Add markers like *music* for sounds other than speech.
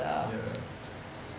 ya *noise*